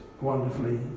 wonderfully